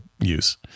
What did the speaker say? use